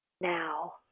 now